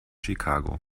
chicago